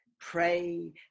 pray